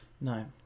No